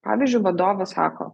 pavyzdžiui vadovas sako